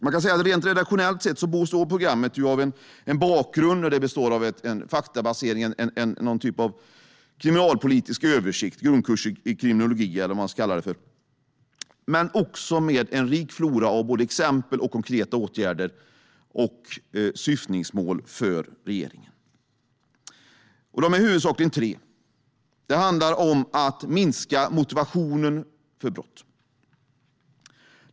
Man kan säga att programmet rent redaktionellt består av en bakgrund, en faktabasering, någon typ av kriminalpolitisk översikt, en grundkurs i kriminologi eller vad man ska kalla det för. Där finns också en rik flora av både exempel och mer konkreta åtgärder samt syftningsmål för regeringen. Dessa är huvudsakligen tre. Det handlar för det första om att minska motivationen för brott.